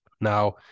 Now